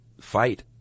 fight